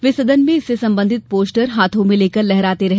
वे सदन में इससे संबंधित पोस्टर हाथों में लेकर लहराते रहे